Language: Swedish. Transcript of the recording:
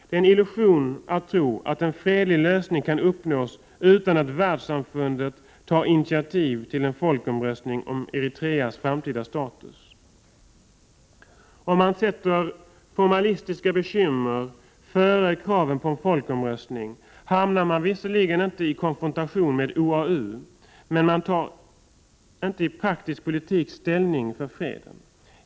Det är en illusion att en fredlig lösning kan 59 uppnås utan att världssamfundet tar initiativ till en folkomröstning om Eritreas framtida status. Om man sätter formalistiska bekymmer före kraven på en folkomröstning hamnar man visserligen inte i konfrontation med OAU, men man tar inte i praktisk politik ställning för freden.